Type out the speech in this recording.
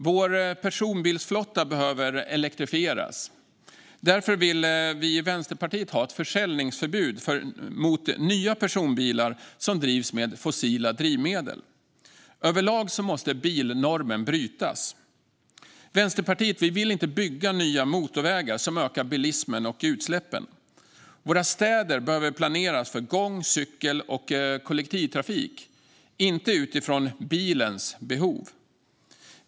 Vår personbilsflotta behöver elektrifieras. Därför vill Vänsterpartiet ha ett försäljningsförbud mot nya personbilar som drivs på fossila drivmedel. Överlag måste bilnormen brytas. Vänsterpartiet vill inte bygga nya motorvägar, som ökar bilismen och utsläppen. Våra städer behöver planeras för gång, cykel och kollektivtrafik, inte utifrån bilens behov.